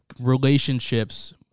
Relationships